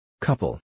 Couple